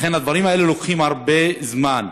לכן הדברים האלה לוקחים הרבה זמן,